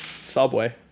Subway